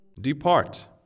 Depart